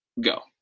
Go